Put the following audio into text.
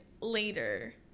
later